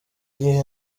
igihe